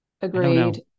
agreed